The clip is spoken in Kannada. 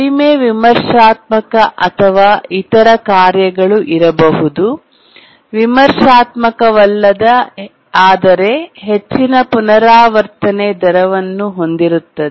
ಕಡಿಮೆ ವಿಮರ್ಶಾತ್ಮಕ ಅಥವಾ ಇತರ ಕಾರ್ಯಗಳು ಇರಬಹುದು ವಿಮರ್ಶಾತ್ಮಕವಲ್ಲದ ಆದರೆ ಹೆಚ್ಚಿನ ಪುನರಾವರ್ತನೆ ದರವನ್ನು ಹೊಂದಿರುತ್ತದೆ